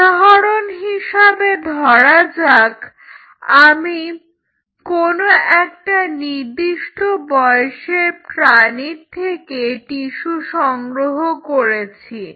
উদাহরণ হিসাবে ধরা যাক আমি কোনো একটা নির্দিষ্ট বয়সের প্রাণীর থেকে টিস্যু সংগ্রহ করেছি